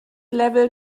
level